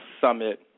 summit